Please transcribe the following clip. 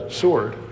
sword